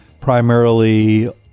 primarily